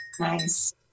nice